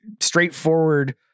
straightforward